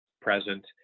present